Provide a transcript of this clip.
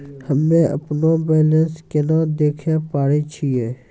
हम्मे अपनो बैलेंस केना देखे पारे छियै?